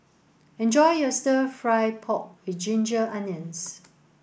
enjoy your stir fry pork with ginger onions